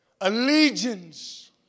Allegiance